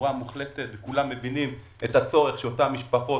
ברורה ומוחלטת וכולם מבינים את הצורך של אותן משפחות,